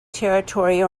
territory